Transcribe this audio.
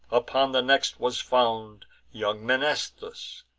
upon the next was found young mnestheus,